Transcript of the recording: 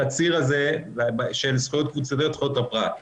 הציר הזה של זכויות קבוצתיות וזכויות הפרט.